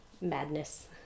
madness